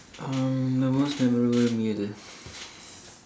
um the most memorable meal is